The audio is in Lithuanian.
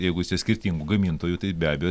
jeigu jisai skirtingų gamintojų tai be abejo